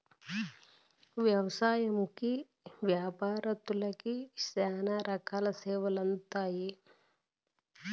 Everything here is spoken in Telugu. వ్యవసాయంకి యాపారత్తులకి శ్యానా రకాల సేవలు అందుతాయి